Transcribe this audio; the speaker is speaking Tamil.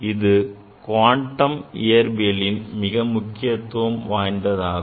இது குவாண்டம் இயற்பியலில் மிக முக்கியத்துவம் வாய்ந்ததாகும்